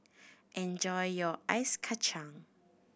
enjoy your ice kacang